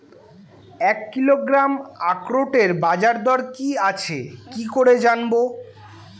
এক কিলোগ্রাম আখরোটের বাজারদর কি আছে কি করে জানবো?